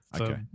Okay